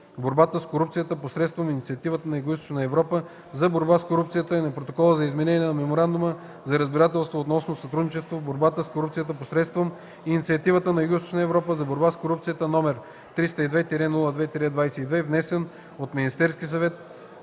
борбата с корупцията посредством Инициативата на Югоизточна Европа за борба с корупцията и на Протокола за изменение на Меморандума за разбирателство относно сътрудничество в борбата с корупцията посредством Инициативата на Югоизточна Европа за борба с корупцията, № 302-02-22, внесен от Министерския съвет